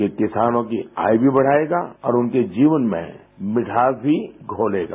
ये किसानों की आय भी बढ़ाएगा और उनके जीवन में मिठास भी घोलेगा